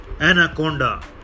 anaconda